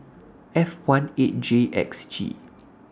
F one eight J X G